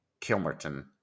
Kilmerton